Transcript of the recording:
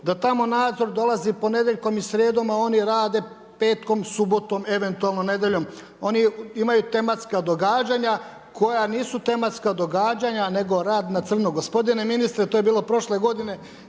da tamo nadzor dolazi ponedjeljkom i srijedom a oni rade petkom, subotom, eventualno nedjeljom. Oni imaju tematska događanja koja nisu tematska događanja nego rad na crno. Gospodine ministre, to je bilo prošle godine,